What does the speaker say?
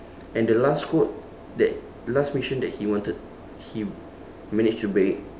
and the last code that last mission that he wanted he managed to break